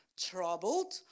troubled